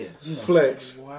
Flex